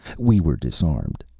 we were disarmed.